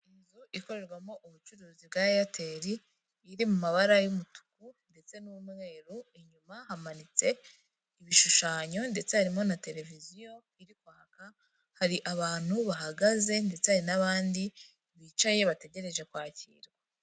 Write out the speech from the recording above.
Inzu ikorerwamo ubucuruzi bwa airtel iri mu mabara y'umutuku ndetse n'umweru inyuma hamanitse ibishushanyo ndetse harimo na televiziyo irikwaga. Hari abantu bahagaze ndetse hari n'abandi bicaye bategereje kwakira.